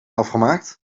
afgemaakt